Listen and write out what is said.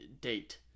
date